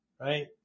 right